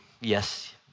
yes